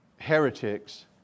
heretics